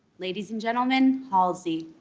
ladies and gentlemen, halsey